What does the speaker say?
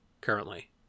currently